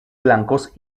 blancos